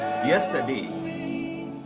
yesterday